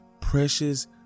precious